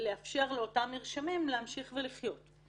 לאפשר לאותם מרשמים להמשיך ולחיות.